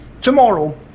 tomorrow